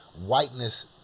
whiteness